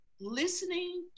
listening